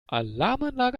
alarmanlage